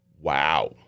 wow